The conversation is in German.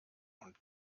und